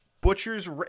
butchers